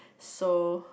so